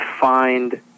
find